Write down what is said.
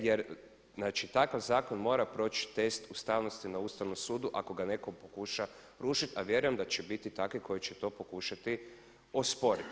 Jer znači takav zakon mora proći test ustavnosti na Ustavnom sudu ako ga netko pokuša rušiti, a vjerujem da će biti takvih koji će to pokušati osporiti.